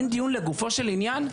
אין דיון לגופו של עניין?